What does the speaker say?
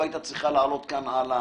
לא הייתה צריכה להעלות כאן.